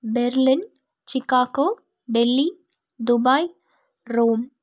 Berlin Chicago Delhi Dubai Rome